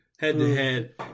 head-to-head